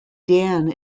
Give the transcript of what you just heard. dan